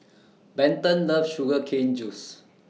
Benton loves Sugar Cane Juice